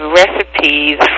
recipes